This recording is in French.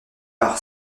par